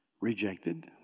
rejected